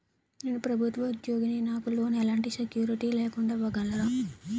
నేను ప్రభుత్వ ఉద్యోగిని, నాకు లోన్ ఎలాంటి సెక్యూరిటీ లేకుండా ఇవ్వగలరా?